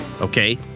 Okay